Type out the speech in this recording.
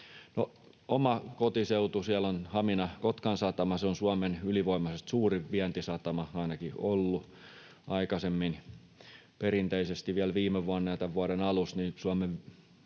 omalla kotiseudullani on Hamina-Kotkan satama. Se on ylivoimaisesti suurin Suomen vientisatama, ainakin ollut aikaisemmin, perinteisesti. Vielä viime vuonna ja tämän vuoden alussa...